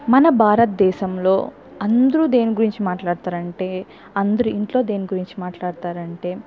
మన భారతదేశంలో అందరు దేని గురించి మాట్లాడతారంటే అందరూ ఇంట్లో దేని గురించి మాట్లాడతారంటే